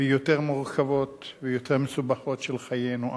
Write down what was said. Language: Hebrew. ויותר מורכבות ויותר מסובכות של חיינו.